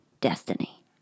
destiny